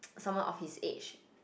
someone of his age